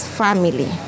family